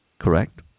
correct